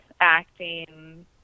acting